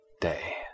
day